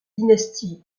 dynasties